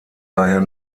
daher